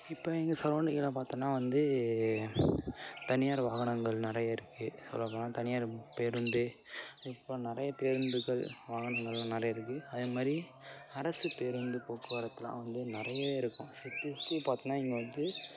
இப்போ எங்கள் சரௌண்டிங்கில் பார்த்தோன்னா வந்து தனியார் வாகனங்கள் நிறைய இருக்குது சொல்லப்போனால் தனியார் பேருந்து இப்போ நிறைய பேருந்துகள் வாகனங்களெலாம் நிறைய இருக்குது அதேமாதிரி அரசு பேருந்து போக்குவரத்தெலாம் வந்து நிறையவே இருக்கும் சுற்றி சுற்றி பார்த்தோன்னா இங்கே வந்து